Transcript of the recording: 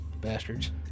Bastards